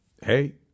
hey